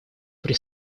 при